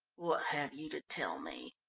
what have you to tell me?